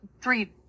three